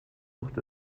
wird